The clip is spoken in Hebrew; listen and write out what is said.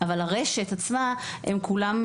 אבל הרשת עצמה מנוהלת על ידי אנשים